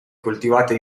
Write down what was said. coltivate